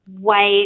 white